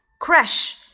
crash